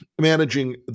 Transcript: managing